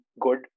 good